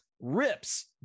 rips